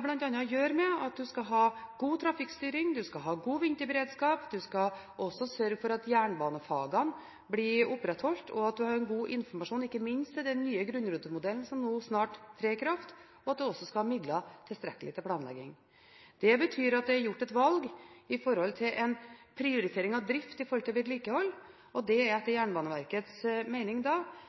bl.a. å gjøre med at man skal ha god trafikkstyring, og man skal ha god vinterberedskap. Man skal også sørge for at jernbanefagene blir opprettholdt, og at det er en god informasjon, ikke minst til den nye grunnrutemodellen som nå snart trer i kraft, og at det er tilstrekkelig med midler til planlegging. Det betyr at det er gjort et valg med hensyn til prioritering av drift i forhold til prioritering av vedlikehold. Det er etter Jernbaneverkets mening